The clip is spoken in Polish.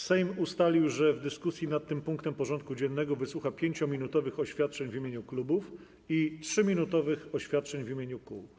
Sejm ustalił, że w dyskusji nad tym punktem porządku dziennego wysłucha 5-minutowych oświadczeń w imieniu klubów i 3-minutowych oświadczeń w imieniu kół.